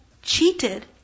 Cheated